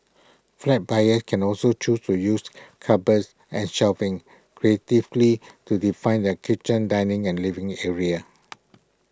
flat buyers can also choose to use cupboards and shelving creatively to define their kitchen dining and living areas